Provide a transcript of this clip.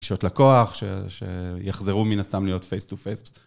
פגישות לקוח, שיחזרו מן הסתם להיות face to face.